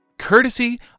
Courtesy